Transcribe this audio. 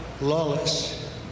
lawless